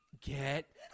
Get